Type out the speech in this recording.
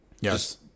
yes